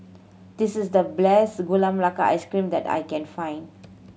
this is the bless Gula Melaka Ice Cream that I can find